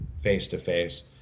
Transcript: face-to-face